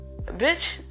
bitch